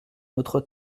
notre